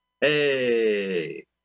Hey